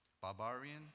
barbarian